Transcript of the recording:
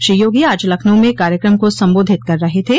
श्री योगी आज लखनऊ में एक कार्यक्रम को संबोधित कर रहे थे